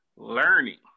learning